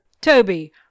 Toby